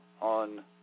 on